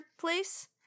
place